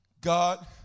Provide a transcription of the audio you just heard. God